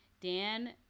Dan